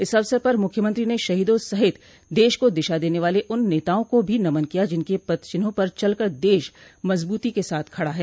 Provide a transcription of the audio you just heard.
इस अवसर पर मुख्यमंत्री ने शहीदों सहित देश को दिशा देने वाले उन नेताओं को भी नमन किया जिनके पदचिन्हों पर चलकर देश मजबूती के साथ खड़ा है